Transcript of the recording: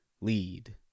lead